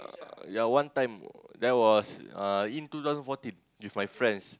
uh yea one time that was uh in two thousand fourteen with my friends